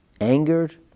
angered